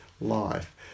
life